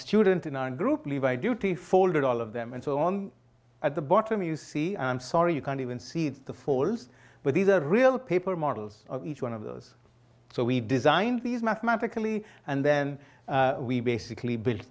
student in our group leave my duty folded all of them and so on at the bottom you see i'm sorry you can't even see the falls but these are real paper models of each one of those so we designed these mathematically and then we basically